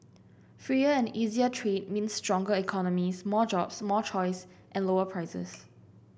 freer and easier trade means stronger economies more jobs more choice and lower prices